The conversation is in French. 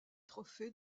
trophée